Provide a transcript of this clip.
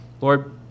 Lord